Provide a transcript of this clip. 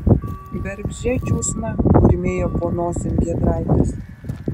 bergždžia džiūsna murmėjo po nosim giedraitis